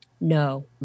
No